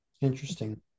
interesting